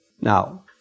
Now